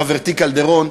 חברתי קלדרון,